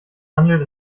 handelt